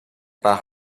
part